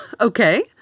Okay